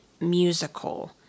musical